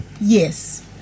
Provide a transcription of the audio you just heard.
Yes